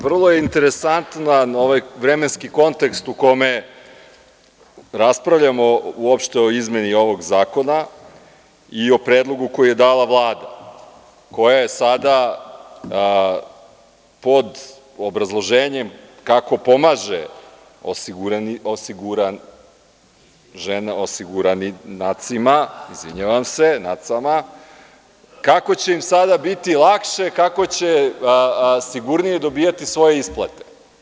Vrlo je interesantan ovaj vremenski kontekst u kome raspravljamo uopšte o izmeni ovog zakona i o predlogu koji je dala Vlada, koja je sada pod obrazloženjem kako pomaže žene osiguranice, kako će im sada biti lakše, kako će sigurnije dobijati svoje isplate.